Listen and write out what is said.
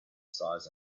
size